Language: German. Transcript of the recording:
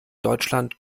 deutschland